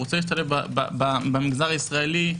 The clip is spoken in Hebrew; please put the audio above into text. רוצה להשתלב במגזר הישראלי,